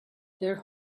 their